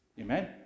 amen